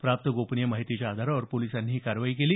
प्राप्त गोपनीय माहितीच्या आधारावर पोलिसांनी ही कारवाई केली